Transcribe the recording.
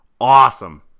awesome